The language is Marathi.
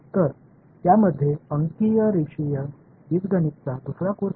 तर त्यामध्ये अंकीय रेषीय बीजगणित चा दुसरा कोर्स आहे